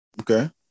Okay